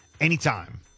anytime